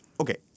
okay